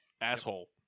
Asshole